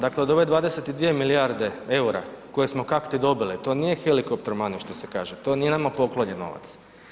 Dakle, od ove 22 milijarde eura koje smo kak ti dobili, to nije helicopter money, što se kaže, to nije nama poklonjen novac.